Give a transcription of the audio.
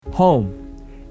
Home